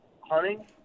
hunting